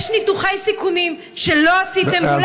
יש ניתוחי סיכונים שלא עשיתם,